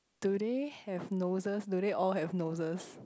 do they have noses do they all have noses